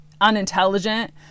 unintelligent